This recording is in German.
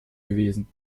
gewesen